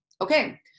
okay